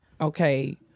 okay